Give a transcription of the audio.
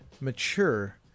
mature